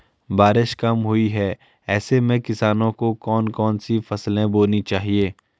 बारिश कम हुई है ऐसे में किसानों को कौन कौन सी फसलें बोनी चाहिए?